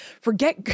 forget